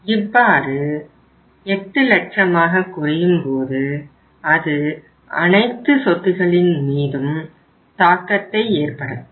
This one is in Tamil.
இவ்வாறு 8 லட்சமாக குறையும்போது அது அனைத்து சொத்துக்களின் மீதும் தாக்கத்தை ஏற்படுத்தும்